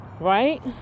right